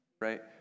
right